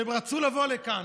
שרצו לבוא לכאן,